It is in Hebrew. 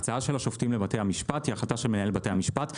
ההקצאה של השופטים לבתי המשפט היא החלטה של מנהל בתי המשפט.